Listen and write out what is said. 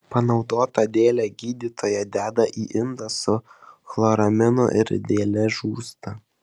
panaudotą dėlę gydytoja deda į indą su chloraminu ir dėlė žūsta